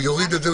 הוא יוריד את זה,